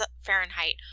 Fahrenheit